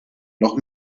noch